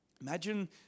Imagine